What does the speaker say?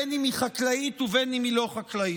בין שהיא חקלאית ובין שהיא לא חקלאית.